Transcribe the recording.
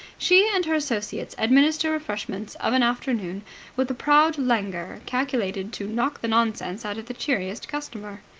she and her associates administer refreshments of an afternoon with a proud languor calculated to knock the nonsense out of the cheeriest customer.